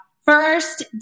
First